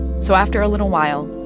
so after a little while,